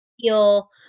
feel